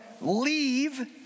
leave